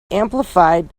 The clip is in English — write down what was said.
amplified